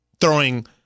throwing